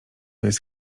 jest